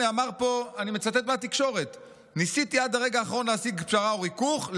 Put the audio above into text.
אני מצטט מהתקשורת: ניסיתי עד הרגע האחרון להשיג פשרה וריכוך,